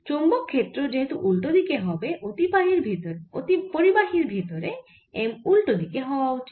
চৌম্বক ক্ষেত্র যেহেতু উল্টো দিকে হবে অতিপরিবাহীর ভেতরে M উল্টো দিকে হওয়া উচিত